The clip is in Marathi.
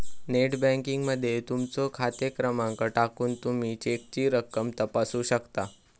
नेट बँकिंग मध्ये तुमचो खाते क्रमांक टाकून तुमी चेकची रक्कम तपासू शकता